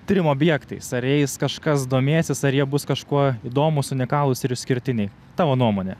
tyrimo objektai ar jais kažkas domėjęsis ar jie bus kažkuo įdomūs unikalūs ir išskirtiniai tavo nuomone